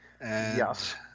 Yes